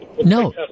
No